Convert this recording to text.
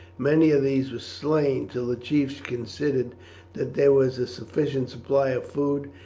many of these were slain, till the chiefs considered that there was a sufficient supply of food,